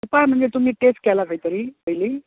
उपाय म्हणजे तुमी टेस्ट केला खंयतरी पयली